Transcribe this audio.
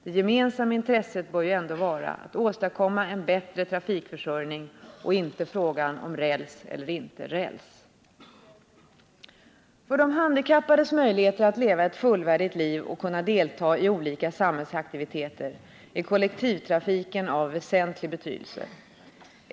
Det gemensamma intresset bör ju ändå vara att åstadkomma en bättre trafikförsörjning och inte frågan om räls eller inte räls. För de handikappades möjligheter att leva ett fullvärdigt liv och kunna delta i olika samhällsaktiviteter är kollektivtrafiken av väsentlig betydelse.